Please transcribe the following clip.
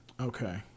Okay